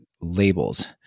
labels